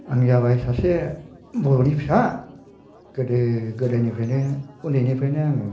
आं जाबाय सासे बर'नि फिसा गोदो गोदायनिफ्रायनो उन्दैनिफ्रायनो आङो